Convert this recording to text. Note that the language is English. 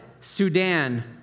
Sudan